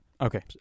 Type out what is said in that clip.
Okay